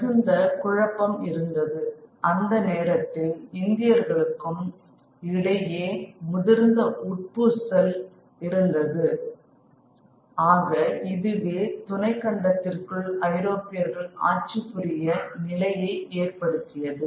மிகுந்த குழப்பம் இருந்தது அந்நேரத்தில் இந்தியர்களுக்கும் இடையே முதிர்ந்த உட்பூசல் இருந்தது ஆக இதுவே துணைக்கண்டத்திற்குள் ஐரோப்பியர்கள் ஆட்சிபுரிய நிலையை ஏற்படுத்தியது